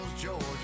Georgia